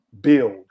Build